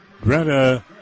Greta